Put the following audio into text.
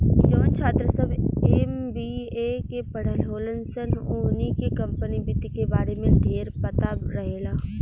जवन छात्र सभ एम.बी.ए के पढ़ल होलन सन ओहनी के कम्पनी वित्त के बारे में ढेरपता रहेला